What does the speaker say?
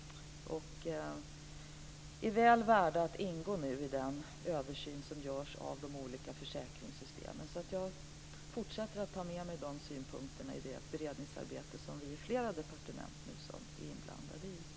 De är väl värda att ingå i den översyn som nu görs av de olika försäkringssystemen. Jag tar med mig de synpunkterna i det fortsatta beredningsarbetet, som flera departement är inblandade i.